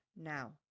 Now